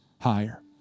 higher